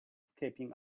escaping